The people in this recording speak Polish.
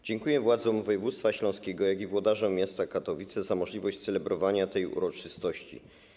Dziękuję władzom województwa śląskiego i włodarzom miasta Katowice za możliwość celebrowania tej uroczystości.